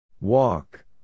Walk